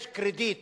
יש קרדיט